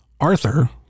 arthur